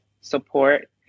support